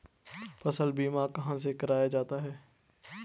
फसल बीमा कहाँ से कराया जाता है?